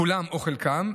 כולם או חלקם,